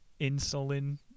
insulin